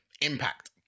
impact